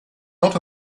not